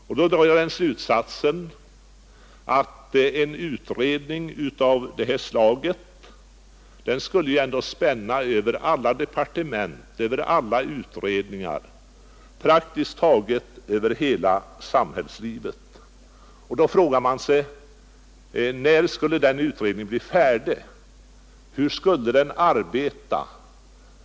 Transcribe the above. Jag drar alltså den slutsatsen att en utredning av det här slaget skulle spänna över alla departement, över alla utredningar, över praktiskt taget hela samhällslivet. Man frågar sig då: När skulle den utredningen bli färdig? Hur skulle den arbeta?